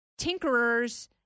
tinkerers